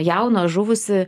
jauną žuvusį